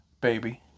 baby